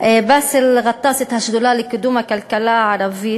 באסל גטאס את השדולה לקידום הכלכלה הערבית.